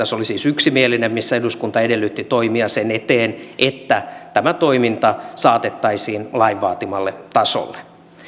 se oli siis yksimielinen missä eduskunta edellytti toimia sen eteen että tämä toiminta saatettaisiin lain vaatimalle tasolle